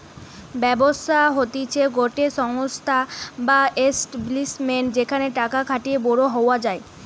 ব্যবসা হতিছে গটে সংস্থা বা এস্টাব্লিশমেন্ট যেখানে টাকা খাটিয়ে বড়ো হওয়া যায়